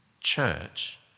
church